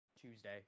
Tuesday